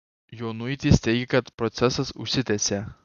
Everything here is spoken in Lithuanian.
jonuitis teigia kad procesas užsitęsė